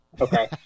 okay